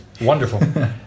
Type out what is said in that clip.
Wonderful